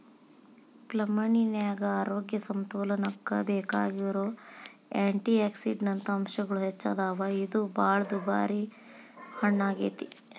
ಪ್ಲಮ್ಹಣ್ಣಿನ್ಯಾಗ ಆರೋಗ್ಯ ಸಮತೋಲನಕ್ಕ ಬೇಕಾಗಿರೋ ಆ್ಯಂಟಿಯಾಕ್ಸಿಡಂಟ್ ಅಂಶಗಳು ಹೆಚ್ಚದಾವ, ಇದು ಬಾಳ ದುಬಾರಿ ಹಣ್ಣಾಗೇತಿ